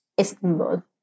Istanbul